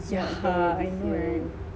yeah I know right